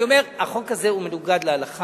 אני אומר: החוק הזה הוא מנוגד להלכה,